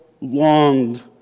longed